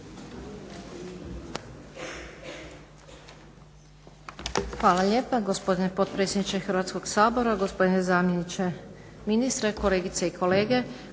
Hvala lijepa gospodine potpredsjedniče Hrvatskog sabora. Gospodine zamjeniče ministra, kolegice i kolege.